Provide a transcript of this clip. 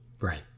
Right